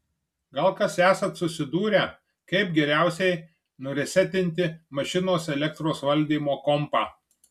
gal kas esat susidūrę kaip geriausiai nuresetinti mašinos elektros valdymo kompą